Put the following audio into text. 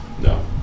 No